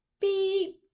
Beep